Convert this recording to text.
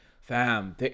Fam